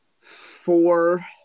four